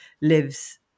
lives